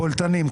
הבולטנים,